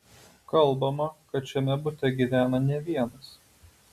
kalbama kad šiame bute gyvena ne vienas